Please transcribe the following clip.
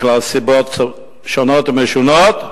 מסיבות שונות ומשונות,